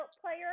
player